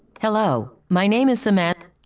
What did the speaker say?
hello, my name is samantha.